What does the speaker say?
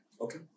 Okay